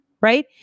right